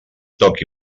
toqui